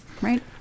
Right